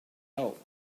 help